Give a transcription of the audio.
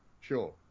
Sure